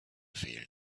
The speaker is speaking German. fehlen